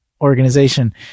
organization